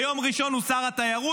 ביום ראשון הוא שר התיירות,